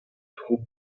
tro